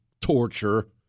torture